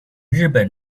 日本